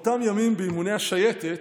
באותם ימים באימוני השייטת,